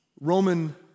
Roman